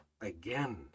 again